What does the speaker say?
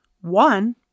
One